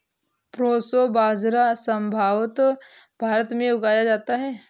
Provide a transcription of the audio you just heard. proso बाजरा संभवत भारत में उगाया जाता है